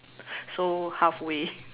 so halfway